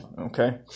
okay